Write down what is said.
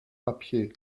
papiers